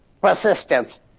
persistence